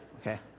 Okay